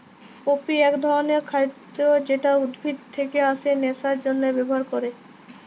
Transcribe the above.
poppy এক ধরণের খাদ্য যেটা উদ্ভিদ থেকে আসে নেশার জন্হে ব্যবহার ক্যরে